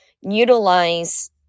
utilize